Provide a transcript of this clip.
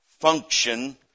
function